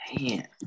Man